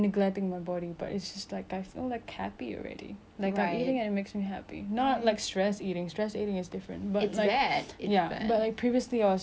like eating it makes me happy not like stress eating stress eating is different but it's ya but like previously I was like an exercise freak I have to exercise every single day